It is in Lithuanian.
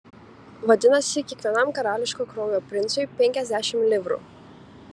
vadinasi kiekvienam karališko kraujo princui penkiasdešimt livrų